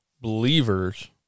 believers